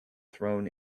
thrown